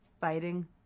fighting